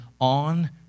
on